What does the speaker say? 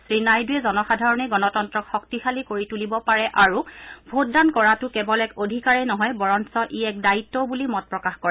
শ্ৰীনাইডুৰে জনসাধাৰণেই গণতন্তক শক্তিশালী কৰি তুলিব পাৰে আৰু ভোটদান কৰাটো কেৱল এক অধিকাৰেই নহয় বৰঞ্চ ই এক দায়িত্বও বুলি মত প্ৰকাশ কৰে